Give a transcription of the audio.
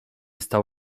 stał